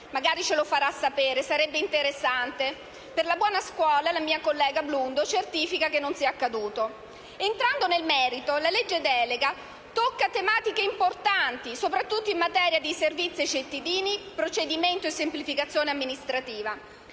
magari ce lo farà sapere, sarebbe interessante. Per la buona scuola, la mia collega Blundo certifica che non sia accaduto. Entrando nel merito, la legge delega tocca tematiche importanti, sopratutto in materia di servizi al cittadino, procedimento e semplificazione amministrativa.